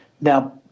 Now